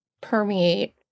permeate